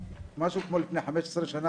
משהו כמו לפני חמש עשרה שנה,